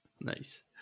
Nice